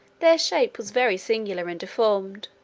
their shape was very singular and deformed,